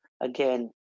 Again